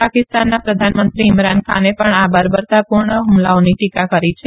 પાકિસ્તાનના પ્રધાનમંત્રી ઈમરાન ખાને પણ આ બર્બરતાપુર્ણ હુમલાઓની ીીકા કરી છે